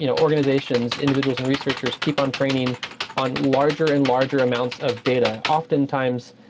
you know organizations, individuals and researchers keep on training on larger and larger amounts of data. oftentimes,